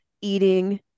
eating